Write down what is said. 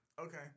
Okay